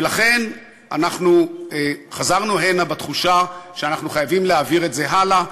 ולכן אנחנו חזרנו הנה בתחושה שאנחנו חייבים להעביר את זה הלאה.